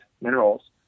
minerals